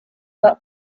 that